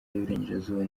y’iburengerazuba